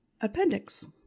appendix